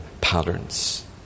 patterns